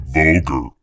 vulgar